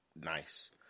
nice